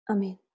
Amen